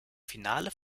finale